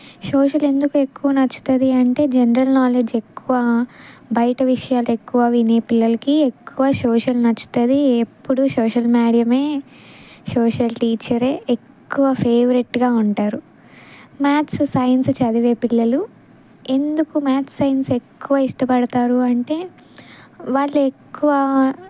social ఎందుకు ఎక్కువ నచ్చుతుంది అంటే జనరల్ నాలెడ్జ్ ఎక్కువ బయట విషయాలు ఎక్కువ విని పిల్లలకి ఎక్కువ సోషల్ నచ్చుతుంది ఎప్పుడు సోషల్ మేడమే సోషల్ టీచరే ఎక్కువ ఫేవరెట్గా ఉంటారు మ్యాథ్స్ సైన్స్ చదివే పిల్లలు ఎందుకు మ్యాథ్స్ సైన్స్ ఎక్కువ ఇష్టపడతారు అంటే వాళ్ళు ఎక్కువ